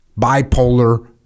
bipolar